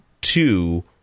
Two